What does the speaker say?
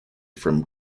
from